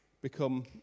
become